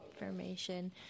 information